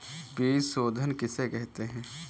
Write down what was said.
बीज शोधन किसे कहते हैं?